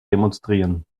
demonstrieren